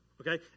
okay